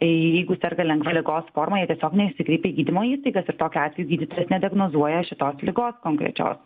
jeigu serga lengva ligos formajie tiesiog nesikreipia į gydymo įstaigas ir tokiu atveju gydytojas nediagnozuoja šitos ligos konkrečios